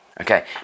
Okay